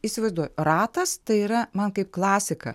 įsivaizduoju ratas tai yra man kaip klasika